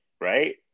Right